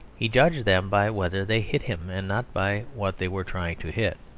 he judged them by whether they hit him, and not by what they were trying to hit.